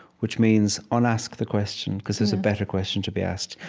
which means, un-ask the question because there's a better question to be asked.